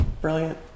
brilliant